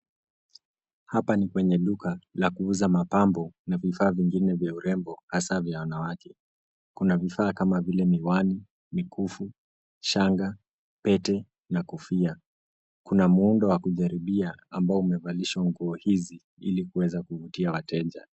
Apa ni kwenye duka la kuuza mapambo na vifaa vingine vya urembo hasa vya wanawake. Kuna vifaa kama vile miwani, mikufu, shaga, pete na kofia. Kuna muudo wa kujaribia ambao umevalisha nguo hizi hili kuweza kuvutia wateja.